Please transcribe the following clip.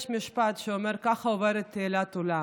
יש משפט שאומר: ככה עוברת תהילת עולם.